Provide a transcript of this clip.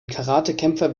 karatekämpfer